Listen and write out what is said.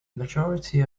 majority